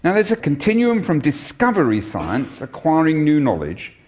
and there's a continuum from discovery science, acquiring new knowledge,